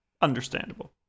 understandable